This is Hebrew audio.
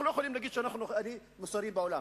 אנחנו לא יכולים להגיד שאנחנו הכי מוסריים בעולם.